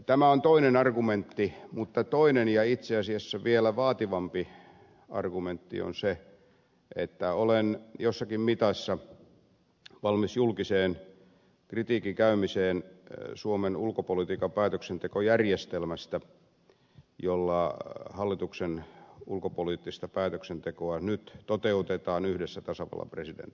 tämä on toinen argumentti mutta toinen ja itse asiassa vielä vaativampi argumentti on se että olen jossakin mitassa valmis julkiseen kritiikin käymiseen suomen ulkopolitiikan päätöksentekojärjestelmästä jolla hallituksen ulkopoliittista päätöksentekoa nyt toteutetaan yhdessä tasavallan presidentin kanssa